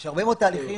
יש הרבה מאוד תהליכים,